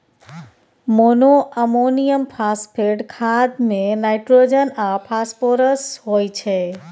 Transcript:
monoammonium phosphate खाद मे nitrogen आ फास्फोरस होइ छै